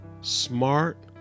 smart